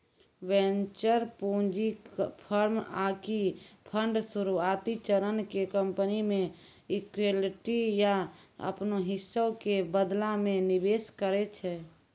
venture पूंजी firm आकि fund शुरुआती चरण के कंपनी मे इक्विटी या अपनो हिस्सा के बदला मे निवेश करै छै